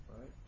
right